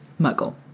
Muggle